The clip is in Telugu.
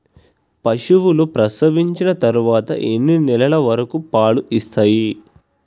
పశువులు ప్రసవించిన తర్వాత ఎన్ని నెలల వరకు పాలు ఇస్తాయి?